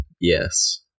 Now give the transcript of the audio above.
Yes